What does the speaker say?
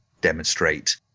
demonstrate